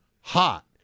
hot